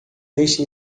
deixe